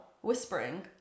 whispering